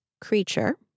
creature